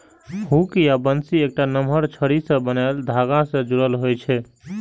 hook या बंसी एकटा नमहर छड़ी सं बान्हल धागा सं जुड़ल होइ छै